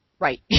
Right